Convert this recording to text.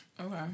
Okay